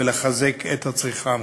ולחזק את הצריכה המקומית.